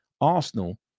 Arsenal